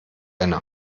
eine